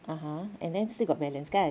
(uh huh) and then still got balance kan